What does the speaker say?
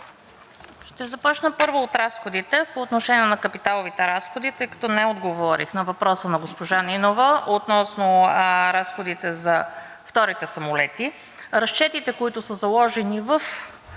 Ще започна първо от разходите. По отношение не капиталовите разходи, тъй като не отговорих на въпроса на госпожа Нинова относно разходите за вторите самолети, разчетите, които са заложени в